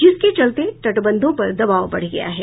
जिसके चलते तटबंधों पर दबाव बढ़ गया है